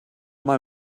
mal